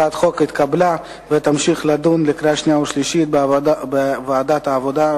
הצעת החוק התקבלה ותמשיך לדיון לקריאה שנייה ושלישית בוועדת העבודה,